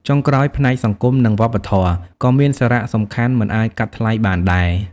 ចុងក្រោយ ផ្នែកសង្គម និងវប្បធម៌ ក៏មានសារៈសំខាន់មិនអាចកាត់ថ្លៃបានដែរ។